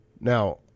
Now